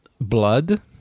blood